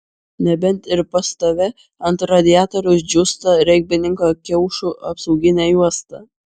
nebent ir pas tave ant radiatoriaus džiūsta regbininko kiaušų apsauginė juosta